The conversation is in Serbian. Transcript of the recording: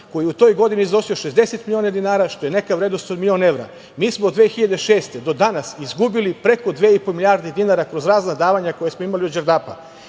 koji je u toj godini iznosio 60 miliona dinara, što je neka vrednost od milion evra. Mi smo 2006. godine do danas izgubili preko dve i po milijarde dinara kroz razna davanja koje smo imali od Đerdapa.